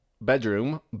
bedroom